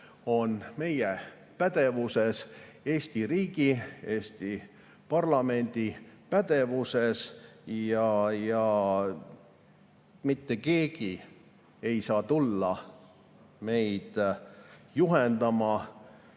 on meie pädevuses, Eesti riigi, Eesti parlamendi pädevuses. Mitte keegi ei saa tulla meid juhendama